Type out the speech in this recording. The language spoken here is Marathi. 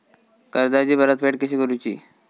कर्जाची परतफेड कशी करूची?